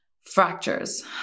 fractures